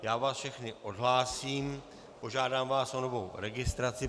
Já vás všechny odhlásím, požádám vás o novou registraci.